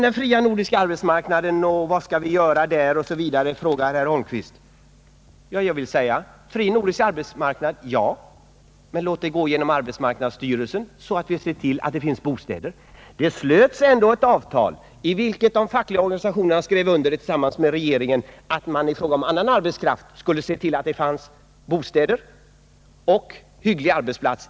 Herr Holmqvist undrade vad vi skulle göra när vi nu har en fri nordisk arbetsmarknad. Jag vill säga: Fri nordisk arbetsmarknad — ja! men låt inflyttningen gå igenom arbetsmarknadsstyrelsen, så att man ser till att det finns bostäder för dem som kommer hit. Det har ändå slutits ett avtal, i vilket de fackliga organisationerna tillsammans med regeringen har skrivit under att man i fråga om annan arbetskraft skulle se till att det fanns bostäder och hygglig arbetsplats.